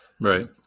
Right